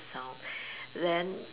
a sound then